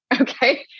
okay